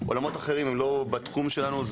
עולמות אחרים לא בתחום שלנו,